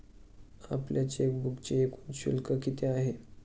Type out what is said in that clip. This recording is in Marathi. आपल्या चेकबुकचे एकूण शुल्क किती आहे?